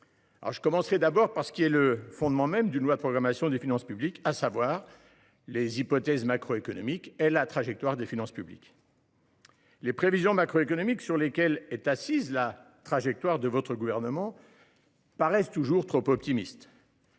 Je commencerai par ce qui est le fondement même d’une telle loi de programmation, à savoir les hypothèses macroéconomiques et la trajectoire affichée des finances publiques. Les prévisions macroéconomiques sur lesquelles est assise la trajectoire du Gouvernement paraissent toujours trop optimistes.